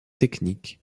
techniques